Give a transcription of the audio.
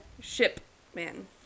Shipman